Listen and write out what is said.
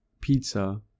pizza